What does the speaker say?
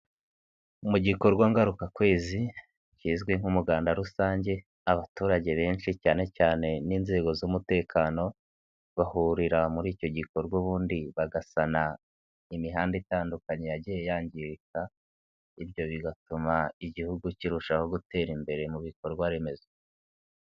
Mu gikorwa ngarukakwezi kizwi nk'umuganda rusange abaturage benshi cyane cyane n'inzego z'umutekano, bahurira muri icyo gikorwa ubundi bagasana imihanda itandukanye yagiye yangirika, ibyo bigatuma Igihugu kirushaho gutera imbere mu bikorwaremezo.